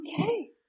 Okay